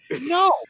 No